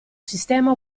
sistema